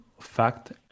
fact